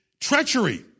treachery